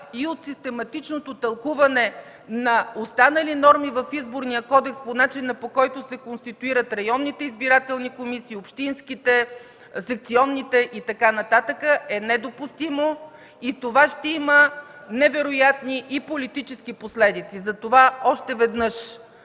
и от систематичното тълкуване на останали норми в Изборния кодекс по начина, по който се конституират районните избирателни комисии, общинските избирателни комисии, секционните избирателни комисии и така нататък, е недопустимо и то ще има невероятни и политически последици. Затова, още веднъж: